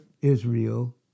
Israel